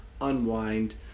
unwind